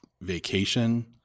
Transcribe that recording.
Vacation